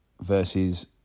versus